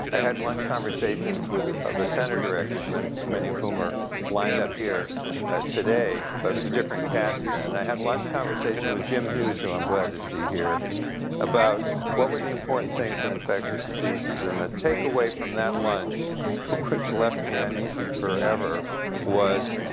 i had lunch conversations with the center directors, many many of whom are lined up here today, but it was a different cast then, and i had lunch conversation with jim hughes who i'm glad to see here about what were the important things in infectious diseases, and the take away from that lunch which left me uneasy forever was